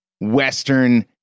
Western